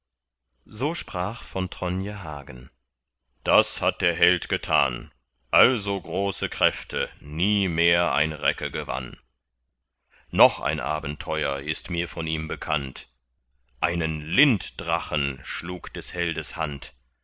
so sprach von tronje hagen das hat der held getan also große kräfte nie mehr ein recke gewann noch ein abenteuer ist mir von ihm bekannt einen linddrachen schlug des heldes hand